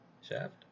Shaft